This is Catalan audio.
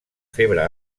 febre